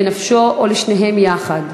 לנפשו או לשניהם יחד.